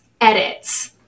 edits